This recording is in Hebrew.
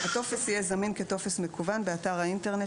הטופס יהיה זמין כטופס מקוון באתר האינטרנט